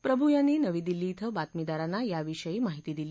प्रभू यांनी नवी दिल्ली धिं बातमीदारांना या विषयी माहिती दिली